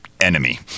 enemy